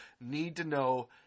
need-to-know